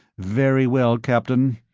very well, captain.